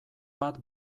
bat